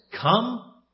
come